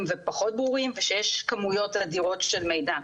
ופחות ברורים ושיש כמויות אדירות של מידע.